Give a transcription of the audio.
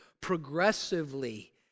progressively